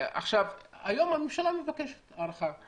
היום הממשלה מבקשת הארכה.